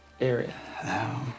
area